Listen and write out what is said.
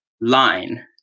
line